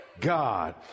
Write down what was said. God